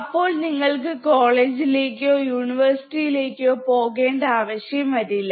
അപ്പോൾ നിങ്ങൾക്ക് കോളേജിലേക്കു യൂണിവേഴ്സിറ്റിയിലേക്ക് പോകേണ്ട ആവശ്യം വരില്ല